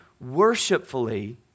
worshipfully